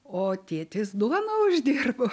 o tėtis duoną uždirbo